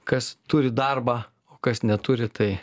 kas turi darbą o kas neturi tai